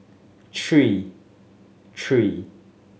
three three